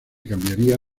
cambiaría